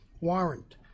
warrant